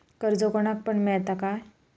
कर्ज कोणाक पण मेलता काय?